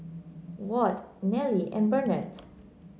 Ward Nelly and Bernadette